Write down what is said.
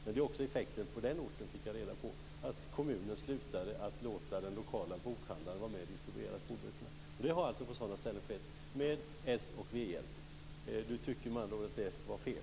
Jag har fått reda på att det var effekten av att kommunen slutade med att låta den lokala bokhandlaren vara med om att distribuera skolböcker. Detta har alltså på sådana ställen skett med hjälp av s och v, men nu tycker man att detta var fel.